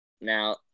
Now –